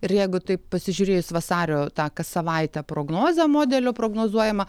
ir jeigu taip pasižiūrėjus vasario tą kas savaitę prognozę modelio prognozuojamą